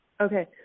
okay